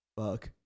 Fuck